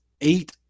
eight